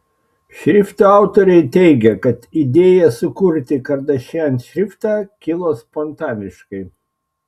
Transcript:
šrifto autoriai teigia kad idėja sukurti kardashian šriftą kilo spontaniškai